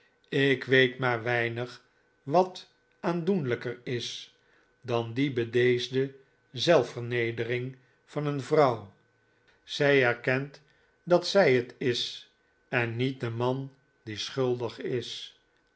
ik weet maar weinig wat aandoenlijker is dan die bedeesde zelfvernedering van een vrouw zij erkent dat zij het is en niet de man die schuldig is